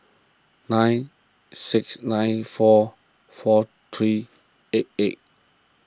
nine six nine four four three eight eight